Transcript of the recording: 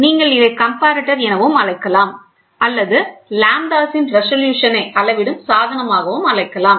நீங்கள் இதை ஒரு கம்பரட்டர் என அழைக்கலாம் அல்லது லாம்ப்டாஸின் ரெசல்யூசன் ஐ அளவிடும் சாதனமாகவும் அழைக்கலாம்